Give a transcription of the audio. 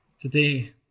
Today